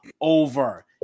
over